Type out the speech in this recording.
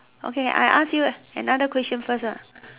okay I ask you ah another question first ah